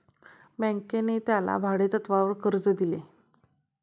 बँकेने त्याला भाडेतत्वावर कर्ज दिले